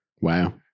wow